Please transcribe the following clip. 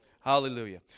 Hallelujah